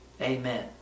Amen